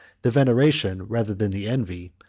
the veneration, rather than the envy,